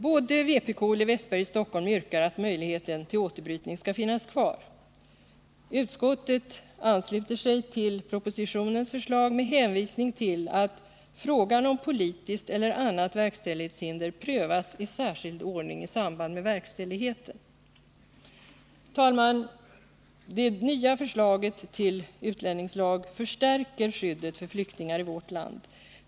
Både vpk och Olle Wästberg i Stockholm yrkar att möjligheten till återbrytning skall finnas kvar. Utskottet ansluter sig till propositionens förslag med hänvisning till att frågan om politiskt eller annat verkställighets hinder prövas i särskild ordning i samband med verkställigheten. Fru talman! Det nya förslaget till utlänningslag förstärker skyddet för flyktingar i vårt land.